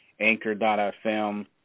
Anchor.fm